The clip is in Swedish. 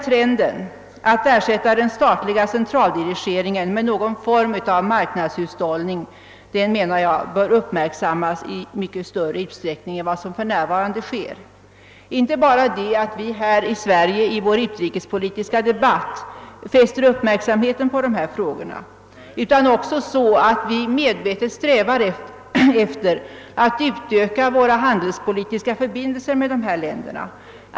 Trenden att ersätta statlig centraldirigering med någon form av marknadshushållning bör enligt min mening uppmärksammas i mycket större utsträckning än vad som för närvarande sker. Det är inte bara det att vi här i Sverige i vår utrikespolitiska debatt bör fästa uppmärksamheten på dessa frågor, utan vi bör också medvetet sträva efter att utöka våra handelspolitiska förbindelser med dessa länder.